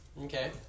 Okay